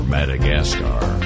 Madagascar